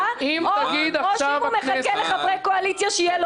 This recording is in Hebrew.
או אם הוא מחכה לחברי קואליציה שיהיה לו רוב,